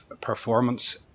performance